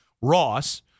Ross